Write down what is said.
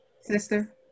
Sister